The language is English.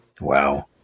Wow